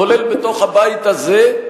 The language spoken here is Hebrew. כולל בתוך הבית הזה,